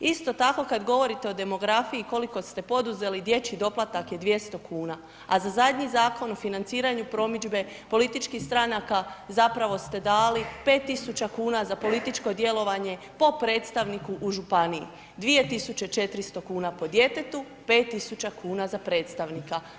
Isto tako kada govorite o demografiji, koliko ste poduzeli dječji doplatak, 200 kn, a za zadnji zakon o financiranju promidžbe političkih stranaka, zapravo ste dali 5000 kn za političko djelovanje po predstavniku u županiji, 2400 kn po djetetu, 5000 kn za predstavnika.